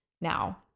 Now